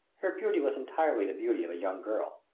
her beauty was entirely the beauty of a young girl.